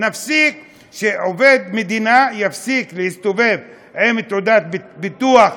שעובד מדינה יפסיק להסתובב עם תעודת ביטוח,